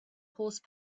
horse